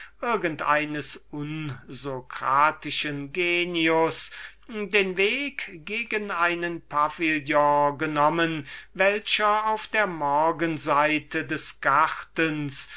eines antiplatonischen genius den weg gegen einen pavillion genommen der auf der morgenseite des gartens